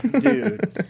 dude